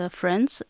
friends